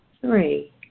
Three